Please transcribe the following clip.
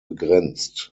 begrenzt